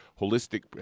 holistic